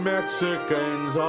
Mexicans